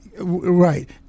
right